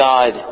God